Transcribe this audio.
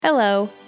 Hello